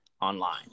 online